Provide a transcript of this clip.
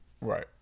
right